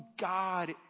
God